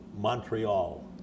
Montreal